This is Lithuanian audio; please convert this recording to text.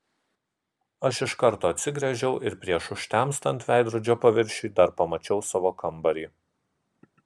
aš iš karto atsigręžiau ir prieš užtemstant veidrodžio paviršiui dar pamačiau savo kambarį